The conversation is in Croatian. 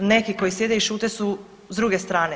Neki koji sjede i šute su s druge strane.